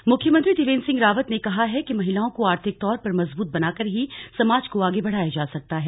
सम्मान मुख्यमंत्री त्रिवेन्द्र सिंह रावत ने कहा है कि महिलाओं को आर्थिक तौर पर मजबूत बनाकर ही समाज को आगे बढ़ाया जा सकता है